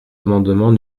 amendement